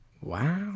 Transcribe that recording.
Wow